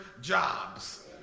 jobs